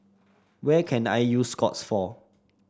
where can I use Scott's for